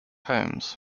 holmes